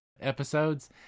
episodes